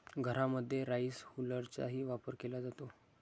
घरांमध्ये राईस हुलरचाही वापर केला जातो